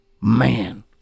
Man